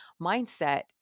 mindset